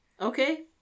okay